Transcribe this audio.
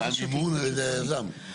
והמימון על ידי היזם.